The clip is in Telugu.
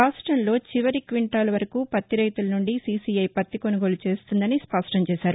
రాష్టంలో చివరి క్వింటాలు వరకు పత్తి రైతుల నుండి సిసిఐ పత్తి కొనుగోలు చేస్తుందని స్పష్టం చేశారు